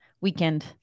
weekend